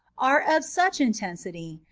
are of such intensity,